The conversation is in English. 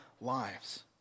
lives